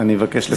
אני מבקש לסיים.